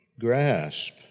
grasp